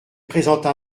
présenta